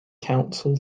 counsel